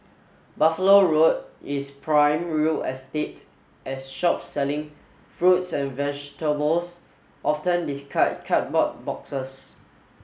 Buffalo Road is prime real estate as shops selling fruits and vegetables often discard cardboard boxes